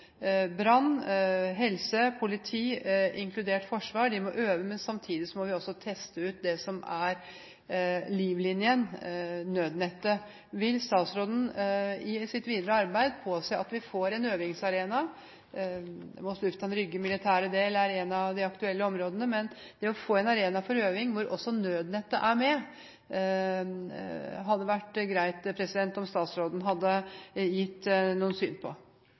Brann, helse, politi og Forsvaret må øve, men samtidig må vi også teste ut det som er livslinen – nødnettet. Vil statsråden i sitt videre arbeid påse at vi får en øvingsarena? Moss lufthavn Rygges militære del er et av de aktuelle områdene. Det å få en arena for øving hvor også nødnettet er med, hadde det vært greit om statsråden hadde gitt oss sitt syn på.